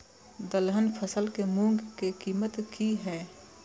दलहन फसल के मूँग के कीमत की हय?